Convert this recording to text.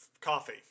coffee